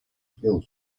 field